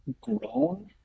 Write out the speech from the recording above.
grown